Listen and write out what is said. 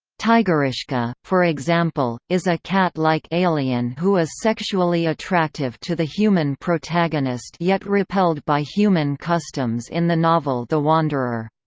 tigerishka, for example, is a cat-like alien who is sexually attractive to the human protagonist yet repelled by human customs in the novel the wanderer.